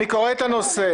אני קורא את הנושא.